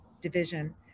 division